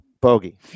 bogey